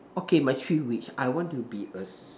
okay my three wish I want to be a s~